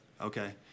Okay